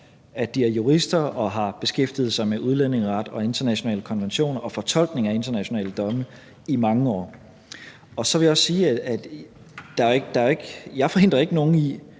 at de er jurister, og at de har beskæftiget sig med udlændingeret og internationale konventioner og fortolkning af internationale domme i mange år. Så vil jeg også sige, at jeg ikke forhindrer nogen i